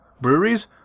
breweries